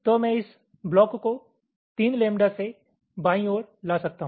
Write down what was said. तो मैं इस ब्लाक को 3 लैम्ब्डा से बाईं ओर ला सकता हूं